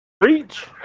Reach